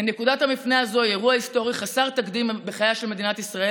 נקודת המפנה הזו היא אירוע היסטורי חסר תקדים בחייה של מדינת ישראל